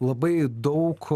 labai daug